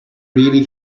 really